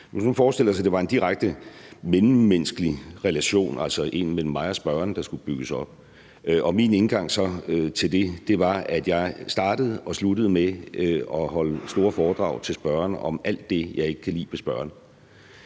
nu forestiller sig, at det var en direkte mellemmenneskelig relation, altså en mellem mig og spørgeren, der skulle bygges op, og min indgang til det så var, at jeg startede og sluttede med at holde store foredrag for spørgeren om alt det, jeg ikke kan lide ved spørgeren,